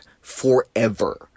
forever